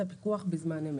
כמובן.